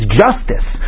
justice